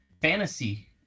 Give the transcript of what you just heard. fantasy